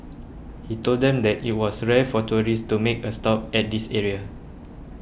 he told them that it was rare for tourists to make a stop at this area